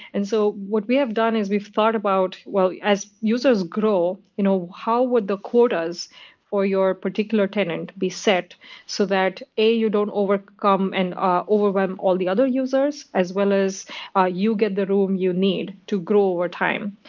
and so what we have done is we've thought about as users grow, you know how would the quotas for your particular tenant be set so that, a you don't overcome and ah overwhelm all the other users as well as ah you get the room you need to grow over time.